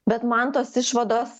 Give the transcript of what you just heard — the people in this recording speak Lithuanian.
bet man tos išvados